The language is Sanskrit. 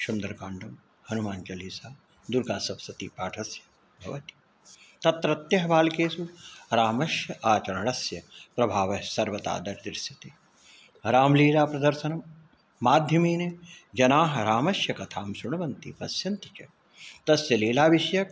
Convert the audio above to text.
सुन्दरकाण्डं हनुमान् चालीसा दुर्गासप्तशती पाठस्य भवति तत्रत्यः बालकेषु रामस्य आचरणस्य प्रभावः सर्वथा दरीदृश्यते रामलीला प्रदर्शनमाध्यमेन जनाः रामस्य कथां श्रृण्वन्ति पश्यन्ति च तस्य लीला विषयक